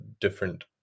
different